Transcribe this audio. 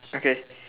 okay